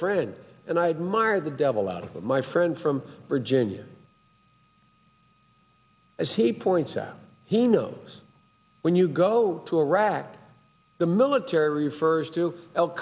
friend and i admire the devil out of it my friend from virginia as he points out he knows when you go to iraq the military first to al